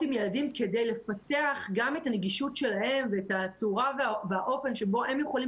עם ילדים כדי לפתח גם את הנגישות שלהם ואת הצורה והאופן שבו הם יכולים